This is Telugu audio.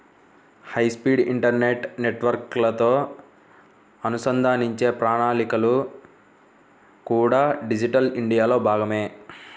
హైస్పీడ్ ఇంటర్నెట్ నెట్వర్క్లతో అనుసంధానించే ప్రణాళికలు కూడా డిజిటల్ ఇండియాలో భాగమే